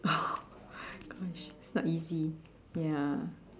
oh gosh it's not easy ya